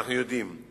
אנחנו יודעים.